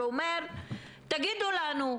שאומר - תגידו לנו,